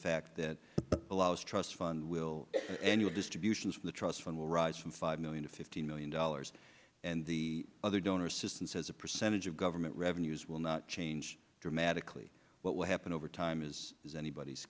fact that allows trust fund will annual distributions from the trust fund will rise from five million to fifteen million dollars and the other donor systems as a percentage of government revenues will not change dramatically what will happen over time is anybody's